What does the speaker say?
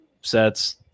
sets